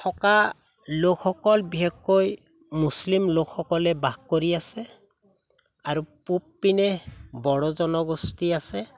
থকা লোকসকল বিশেষকৈ মুছলিম লোকসকলে বাস কৰি আছে আৰু পূবপিনে বড়ো জনগোষ্ঠী আছে